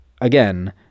again